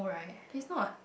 he's not